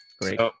Great